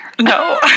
No